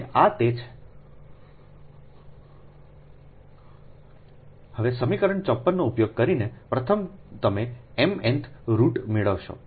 અને આ તે છે હવે સમીકરણ 54 નો ઉપયોગ કરીને પ્રથમ તમે m nth રુટ મેળવશો